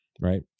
right